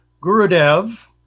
Gurudev